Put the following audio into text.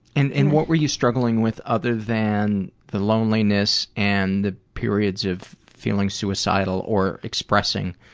and and what were you struggling with, other than the loneliness and the periods of feeling suicidal or expressing,